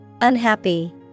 Unhappy